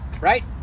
right